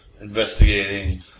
investigating